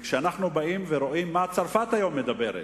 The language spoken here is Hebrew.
וכשאנחנו באים ורואים מה צרפת היום מדברת,